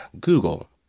Google